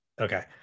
Okay